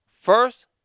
First